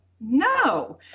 No